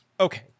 okay